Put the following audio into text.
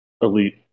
elite